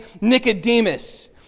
nicodemus